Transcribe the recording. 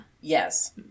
yes